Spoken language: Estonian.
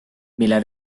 mille